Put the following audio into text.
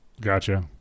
Gotcha